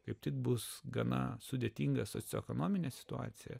kaip tik bus gana sudėtinga socioekonominę situaciją